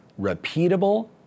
repeatable